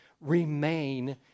remain